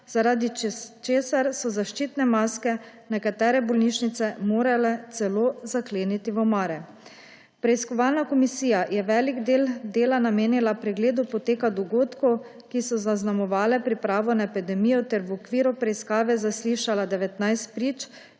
zaradi česar so zaščitne maske nekatere bolnišnice morale celo zakleniti v omare. Preiskovalna komisije je velik del dela namenila pregledu poteka dogodkov, ki so zaznamovale pripravo na epidemijo ter v okviru preiskave zaslišala 19 prič,